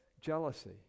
jealousy